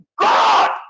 god